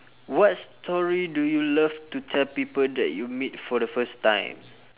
what story do you love to tell people that you meet for the first time